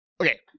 okay